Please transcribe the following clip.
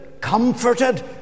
comforted